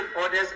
orders